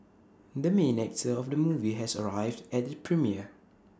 the main actor of the movie has arrived at the premiere